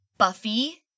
Buffy